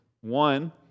One